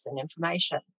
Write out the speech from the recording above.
information